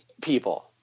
people